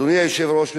אדוני היושב-ראש,